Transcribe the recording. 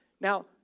Now